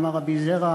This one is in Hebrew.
אמר רבי זירא,